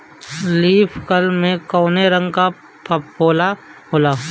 Leaf curl में कौने रंग का फफोला होला?